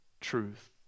truth